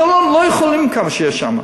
אתם לא יכולים לדעת כמה יש שם.